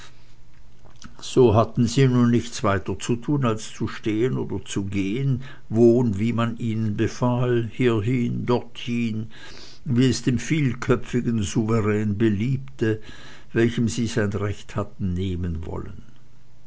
so hatten sie nun nichts weiter zu tun als zu stehen oder zu gehen wo und wie man ihnen befahl hierhin dorthin wie es dem vielköpfigen souverän beliebte welchem sie sein recht hatten nehmen wollen